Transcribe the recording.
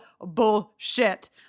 bullshit